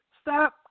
Stop